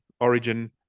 Origin